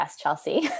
Chelsea